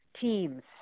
teams